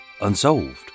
unsolved